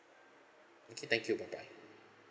okay thank you bye bye